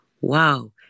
wow